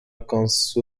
concourse